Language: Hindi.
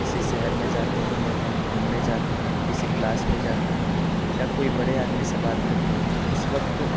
किसी शहर में जाते हैं या कहीं घूमने जाते हैं किसी क्लास में जाते हैं या कोई बड़े आदमी से बात करते हैं तो उस वक्त